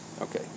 Okay